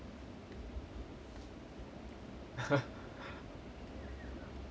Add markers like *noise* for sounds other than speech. *laughs*